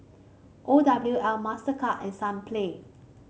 O W L Mastercard and Sunplay